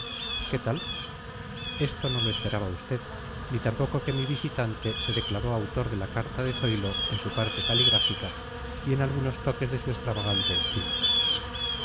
qué tal esto no lo esperaba usted ni tampoco que mi visitante se declaró autor de la carta de zoilo en su parte caligráfica y en algunos toques de su extravagante estilo